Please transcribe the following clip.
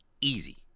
easy